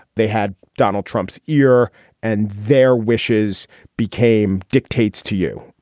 they had donald trump's ear and their wishes became dictates to you.